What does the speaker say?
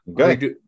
Okay